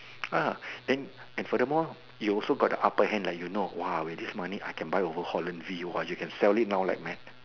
ah then and furthermore you also got the upper hand like you know !wah! with this money I can now buy over Holland V !wah! you can sell it now like mad